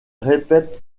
répète